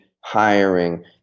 hiring